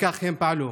וכך הם פעלו.